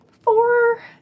four